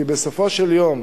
כי בסופו של יום,